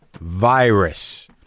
Virus